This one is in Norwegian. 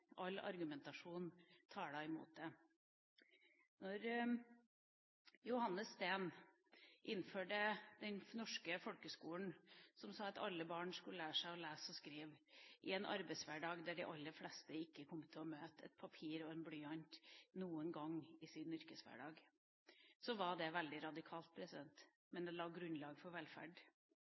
all argumentasjon talte imot det. Da Johannes Steen innførte den norske folkeskolen som sa at alle barn skulle lære seg å lese og skrive, i en arbeidshverdag der de aller fleste ikke kom til å møte et papir og en blyant noen gang i sin yrkeshverdag, var det veldig radikalt, men det la grunnlag for velferd.